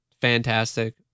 fantastic